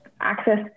access